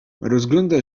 rozgląda